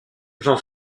j’en